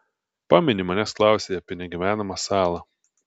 pameni manęs klausei apie negyvenamą salą